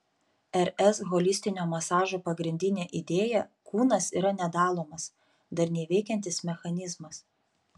rs holistinio masažo pagrindinė idėja kūnas yra nedalomas darniai veikiantis mechanizmas